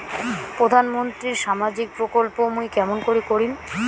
প্রধান মন্ত্রীর সামাজিক প্রকল্প মুই কেমন করিম?